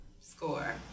score